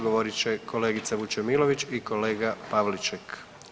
Govorit će kolegica Vučemilović i kolega Pavliček.